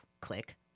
click